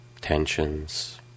tensions